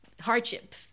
hardship